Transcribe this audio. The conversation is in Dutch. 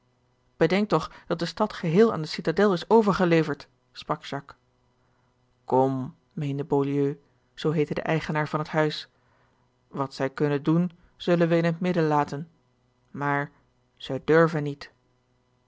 bedenk toch dat de stad geheel aan de citadel is overgeleverd sprak jacques kom meende beaulieu zoo heette de eigenaar van het huis wat zij kunnen doen zullen wij in het midden laten maar zij durven niet